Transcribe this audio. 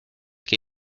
que